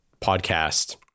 podcast